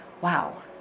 wow